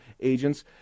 agents